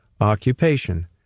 Occupation